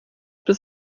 bis